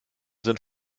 sind